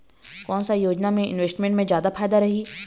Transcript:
कोन सा योजना मे इन्वेस्टमेंट से जादा फायदा रही?